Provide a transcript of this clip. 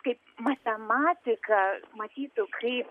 kaip matematika matytų kaip